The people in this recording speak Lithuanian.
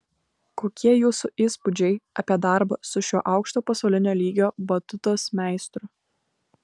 kokie jūsų įspūdžiai apie darbą su šiuo aukšto pasaulinio lygio batutos meistru